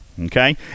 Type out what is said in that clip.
okay